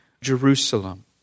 Jerusalem